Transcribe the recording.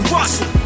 Russell